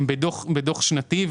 בדו"ח שנתי,